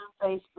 Facebook